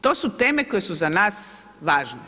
To su teme koje su za nas važne.